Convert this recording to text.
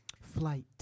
Flight